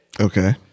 okay